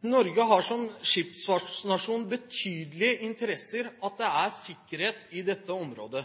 Norge har som skipsfartsnasjon betydelig interesse av at det er sikkerhet i dette området.